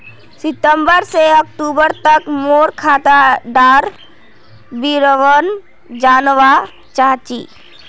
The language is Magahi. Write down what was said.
सितंबर से अक्टूबर तक मोर खाता डार विवरण जानवा चाहची?